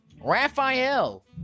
Raphael